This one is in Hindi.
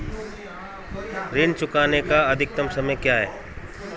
ऋण चुकाने का अधिकतम समय क्या है?